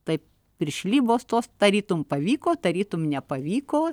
taip piršlybos tos tarytum pavyko tarytum nepavyko